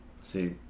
See